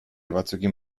batzuekin